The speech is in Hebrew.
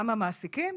למה מעסיקים?